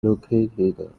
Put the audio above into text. located